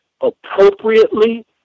appropriately